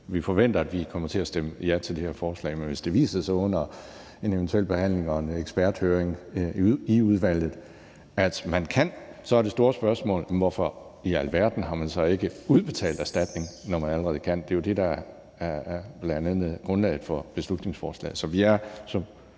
Vi forventer, at vi kommer til at stemme ja til det her forslag, men hvis det viser sig under behandlingen og en eventuel eksperthøring i udvalget, at man kan, er det store spørgsmål: Hvorfor i alverden har man så ikke udbetalt erstatning, når man allerede kan? Det er jo det, der er grundlaget for beslutningsforslaget.